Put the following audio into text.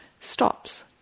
stops